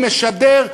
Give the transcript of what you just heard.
משדר,